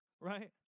Right